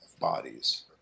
Bodies